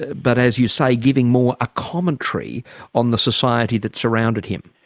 but as you say, giving more a commentary on the society that surrounded him.